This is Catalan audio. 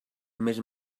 més